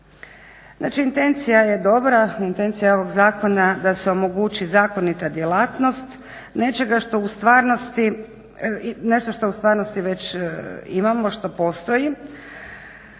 Znači intencija je dobra. Intencija ovog zakona da se omogući zakonita djelatnost nečega što u stvarnosti već imamo što postoji